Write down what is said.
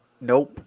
Nope